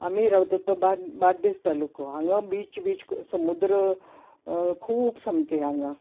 आमी रावतात तो बा बार्देर तालुको हांगा बीच बीच समूद्र खूब सामके हांगा